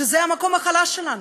שזה המקום החלש שלנו,